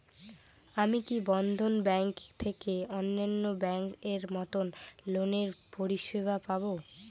আমি কি বন্ধন ব্যাংক থেকে অন্যান্য ব্যাংক এর মতন লোনের পরিসেবা পাব?